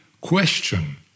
question